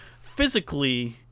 physically